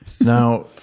Now